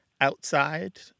outside